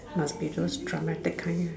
must be those dramatic kind lah